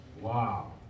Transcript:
Wow